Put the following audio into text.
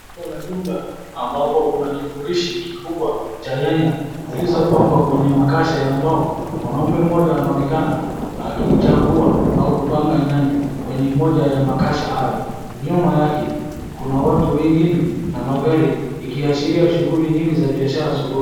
Soko la jumla ambapo kuna kifurushi kikubwa cha nyanya zilizopangwa kwenye makasha ya mbao. Mwanaume mmoja anaonekana akichagua au kupanga nyanya kwenye moja ya makasha hayo. Nyuma yake kuna watu wengine na magari ikiashiria shughuli nyingi za biashara sokoni.